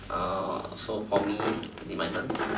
uh so for me is it my turn